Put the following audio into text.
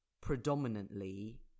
predominantly